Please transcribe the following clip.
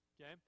Okay